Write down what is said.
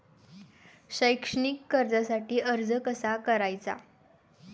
शैक्षणिक कर्जासाठी अर्ज कसा करायचा?